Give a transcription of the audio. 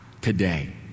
today